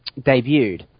debuted